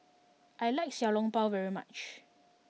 I like Xiao Long Bao very much